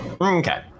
Okay